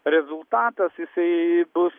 rezultatas jisai bus